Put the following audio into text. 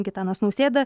gitanas nausėda